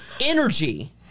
Energy